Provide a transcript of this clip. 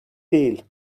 değil